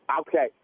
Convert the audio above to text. Okay